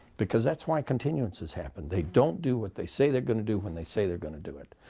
because that's why continuances happen. they don't do what they say they're going to do when they say they're going to do it,